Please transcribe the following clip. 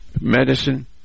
medicine